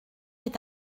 est